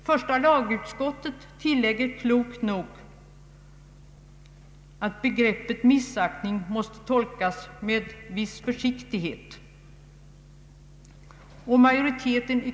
Första lagutskottet tillägger klokt nog att begreppet missaktning måste tolkas med viss försiktighet.